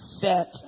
set